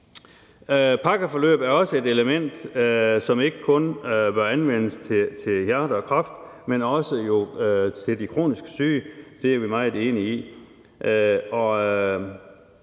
Pakkeforløb er også et element, som ikke kun bør anvendes i forbindelse med hjertesygdomme og kræft, men også til de kronisk syge. Det er vi meget enige i.